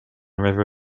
river